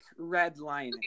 redlining